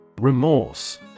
Remorse